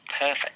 perfect